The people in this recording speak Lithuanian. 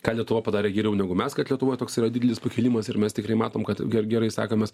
ką lietuva padarė geriau negu mes kad lietuvoj toks yra didelis pakilimas ir mes tikrai matom kad gerai sekamės